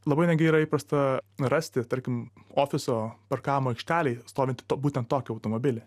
labai netgi yra įprasta rasti tarkim ofiso parkavimo aikštelėje stovintį būtent tokį automobilį